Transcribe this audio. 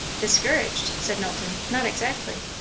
discouraged? said knowlton. not exactly.